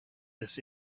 this